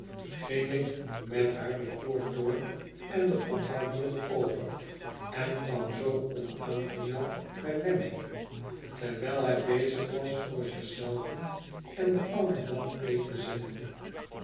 ging ik met haar de poort door en de ophaalbrug over en kwam zoo onaangemeld bij wemmick terwijl hij bezig was voor zich zelven en den ouden man thee te zetten